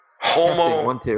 Homo